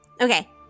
Okay